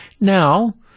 now